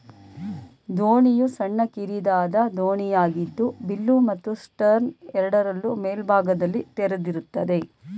ದೋಣಿಯು ಸಣ್ಣ ಕಿರಿದಾದ ದೋಣಿಯಾಗಿದ್ದು ಬಿಲ್ಲು ಮತ್ತು ಸ್ಟರ್ನ್ ಎರಡರಲ್ಲೂ ಮೇಲ್ಭಾಗದಲ್ಲಿ ತೆರೆದಿರ್ತದೆ